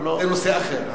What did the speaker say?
אנחנו לא, זה נושא אחר.